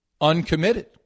uncommitted